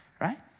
right